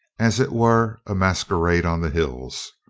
as it were a mas querade on the hills.